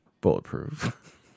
Bulletproof